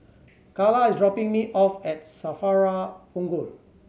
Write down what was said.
Calla is dropping me off at SAFRA Punggol